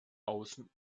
außen